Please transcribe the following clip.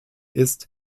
ist